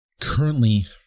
Currently